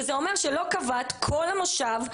וזה אומר שלא קבעת כל המושב,